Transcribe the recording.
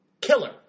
Killer